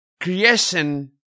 Creation